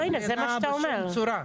זה מה שאתה אומר.